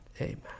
Amen